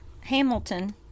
Hamilton